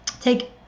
take